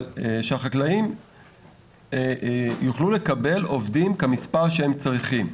אבל שהחקלאים יוכלו לקבל עובדים כמספר שהם צריכים.